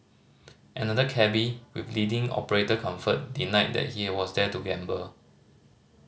another cabby with leading operator Comfort denied that he was there to gamble